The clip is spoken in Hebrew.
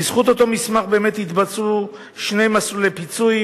בזכות אותו מסמך באמת התבצעו שני מסלולי פיצוי: